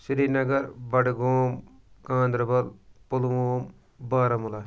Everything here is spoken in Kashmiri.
سرینگر بَڈگوم گانٛدَربَل پُلووم بارہمولہ